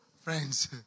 friends